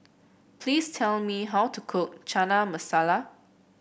please tell me how to cook Chana Masala